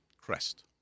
Crest